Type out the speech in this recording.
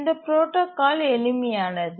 இந்த புரோடாகால் எளிமையானது